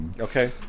Okay